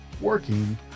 working